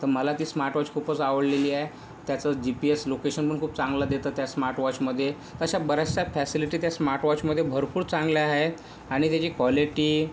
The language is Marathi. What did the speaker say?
तर मला ते स्मार्टवॉच खूपच आवडलेली आहे त्याचं जीपीएस लोकेशन पण खूप चांगला देतात त्या स्मार्टवॉचमध्ये तशा बऱ्याचशा फॅसिलिटी त्या स्मार्टवॉचमध्ये भरपूर चांगल्या आहेत आणि त्याची क्वालिटी